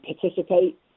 participate